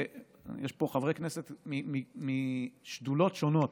יש פה חברי כנסת משדולות שונות,